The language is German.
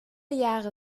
jahre